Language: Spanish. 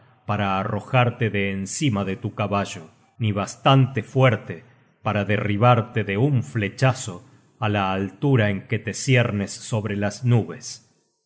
para arrojarte de encima de tu caballo ni bastante fuerte para derribarte de un flechazo á la altura en que te ciernes sobre las nubes